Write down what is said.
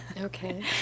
Okay